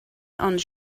ond